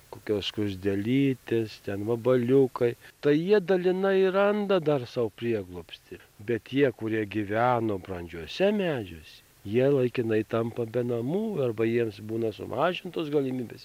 kokios skruzdėlytės ten vabaliukai tai jie dalinai randa dar sau prieglobstį bet tie kurie gyveno brandžiuose medžiuose jie laikinai tampa be namų arba jiems būna sumažintos galimybės